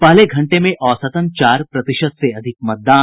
पहले घंटे में औसतन चार प्रतिशत से अधिक मतदान